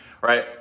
right